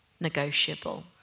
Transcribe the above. negotiable